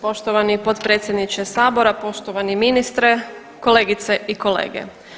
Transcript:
Poštovani potpredsjedniče Sabora, poštovani ministre, kolegice i kolege.